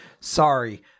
Sorry